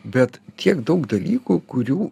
bet tiek daug dalykų kurių